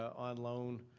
on loan,